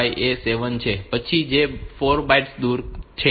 5 એ 7 પછી છે જે 4 બાઇટ્સ દૂર છે